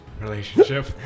Relationship